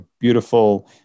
beautiful